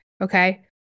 okay